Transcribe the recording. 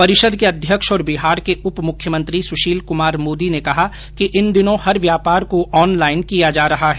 परिषद के अध्यक्ष और बिहार के उपमुख्यमंत्री सुशील कुमार मोदी ने कहा कि इन दिनों हर व्यापार को ऑनलाइन किया जा रहा है